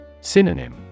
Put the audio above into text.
Synonym